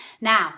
now